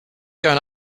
going